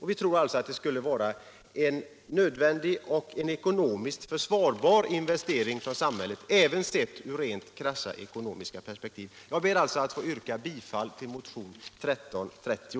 Vi tror alltså att det är en nödvändig och ekonomiskt försvarbar investering från samhället, även sett i krassa ekonomiska perspektiv. Jag ber alltså att få yrka bifall till motionen 1330.